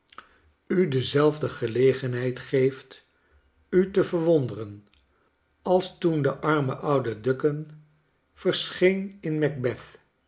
u dezelfde gelegenheid geeft u te verwonderen als toen de arme oude ducan verscheen in macbeth